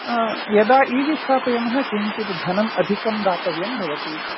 यदा इवि स्थापयामः किञ्चित् धनम् अधिकं दातव्यं भवति